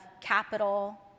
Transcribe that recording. capital